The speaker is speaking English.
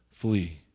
flee